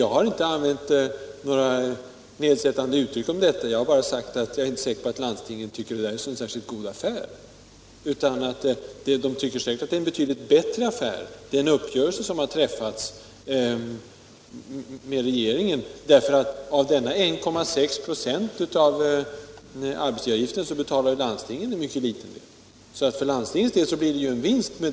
Jag har inte använt några nedsättande uttryck om detta utan bara sagt, att jag inte är säker på att landstingen tycker att detta är en så särskilt god affär. De tycker säkerligen att den uppgörelse som har träffats med regeringen är en betydligt bättre affär. Av höjningen om 1,6 96 av arbetsgivaravgiften betalar ju landstingen en mycket liten del. För landstingen blir det alltså med denna uppläggning en vinst.